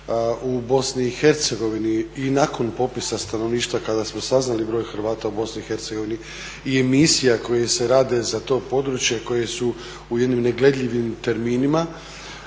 i nakon popisa stanovništva kada smo saznali broj Hrvata u Bosni i Hercegovini i misija koje se rade za to područje koje su u jednim negledljivim terminima